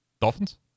Dolphins